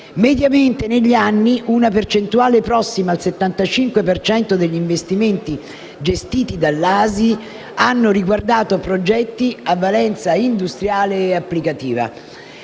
Mediamente, negli anni una percentuale prossima al 75 per cento degli investimenti gestiti dall'ASI ha riguardato progetti a valenza industriale e applicativa